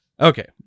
Okay